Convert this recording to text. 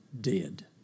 dead